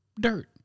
Dirt